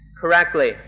correctly